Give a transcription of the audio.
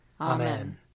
Amen